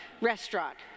restaurant